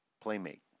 Playmate